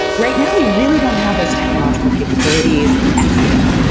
right now, we really don't have those technological capabilities at scale.